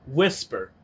Whisper